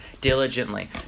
diligently